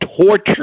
torture